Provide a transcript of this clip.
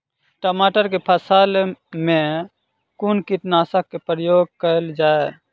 टमाटर केँ फसल मे कुन कीटनासक केँ प्रयोग कैल जाय?